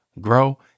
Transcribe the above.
grow